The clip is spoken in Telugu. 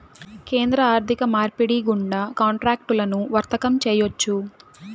కేంద్ర ఆర్థిక మార్పిడి గుండా కాంట్రాక్టులను వర్తకం చేయొచ్చు